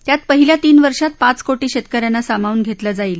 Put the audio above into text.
त्यात पहिल्या तीन वर्षात पाच कोटी शेतक यांना सामावून घेतलं जाईल